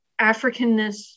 Africanness